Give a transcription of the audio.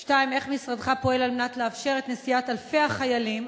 2. איך משרדך פועל על מנת לאפשר את נסיעת אלפי החיילים